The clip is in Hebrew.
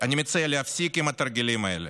אני מציע להפסיק עם התרגילים האלה,